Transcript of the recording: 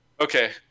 okay